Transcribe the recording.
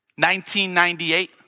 1998